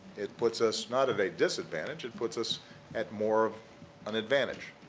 it puts us not at a disadvantage, it puts us at more of an advantage.